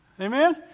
Amen